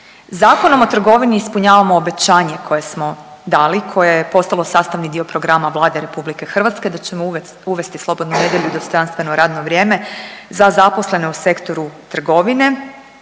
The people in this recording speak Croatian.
Zakonom o trgovini ispunjavamo obećanje koje smo dali, koje je postalo sastavni dio programa Vlade Republike Hrvatske da ćemo uvesti slobodnu nedjelju i dostojanstveno radno vrijeme za zaposlene u Sektoru trgovine.